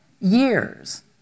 years